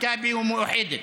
מכבי ומאוחדת.